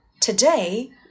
Today